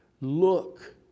look